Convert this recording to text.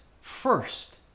first